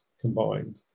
combined